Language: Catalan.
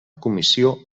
comissió